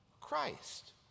Christ